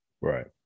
Right